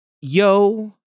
yo